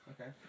Okay